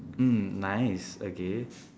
mm nice okay